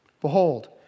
Behold